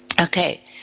Okay